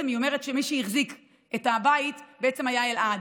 היא אומרת שמי שהחזיק את הבית בעצם היה אלעד.